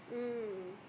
mm